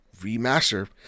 remaster